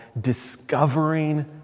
Discovering